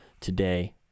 today